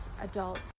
adults